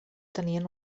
tenien